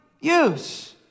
use